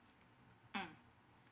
mm